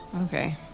Okay